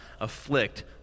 afflict